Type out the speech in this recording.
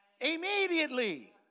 immediately